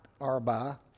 Arba